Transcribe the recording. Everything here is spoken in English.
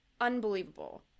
unbelievable